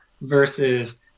versus